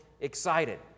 excited